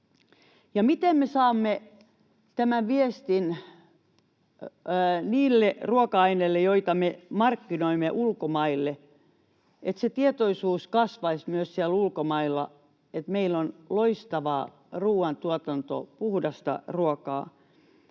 miten me saamme tämän viestin niistä ruoka-aineista, joita me markkinoimme ulkomaille, että se tietoisuus kasvaisi myös siellä ulkomailla, että meillä on loistava ruoantuotanto, puhdasta ruokaa?